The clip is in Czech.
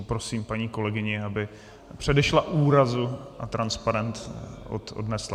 Prosím paní kolegyni, aby předešla úrazu a transparent odnesla.